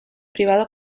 privado